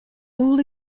all